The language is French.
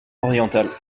oriental